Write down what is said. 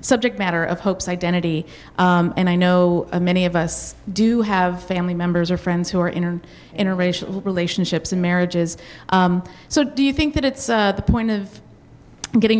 subject matter of hope's identity and i know many of us do have family members or friends who are in interracial relationships in marriages so do you think that it's the point of getting